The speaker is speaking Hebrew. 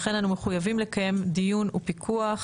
לכן, אנו מחויבים לקיים דיון ופיקוח,